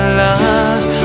love